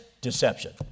Deception